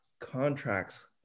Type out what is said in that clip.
contracts